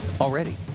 Already